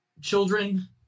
children